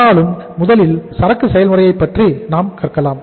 ஆனாலும் முதலில் சரக்கு செயல்முறையை பற்றி நாம் கற்கலாம்